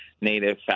native